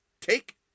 take